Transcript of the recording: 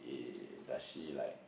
uh does she like